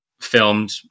filmed